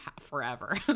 forever